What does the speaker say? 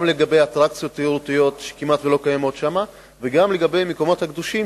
גם אטרקציות תיירותיות כמעט לא קיימות שם וגם המקומות הקדושים,